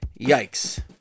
yikes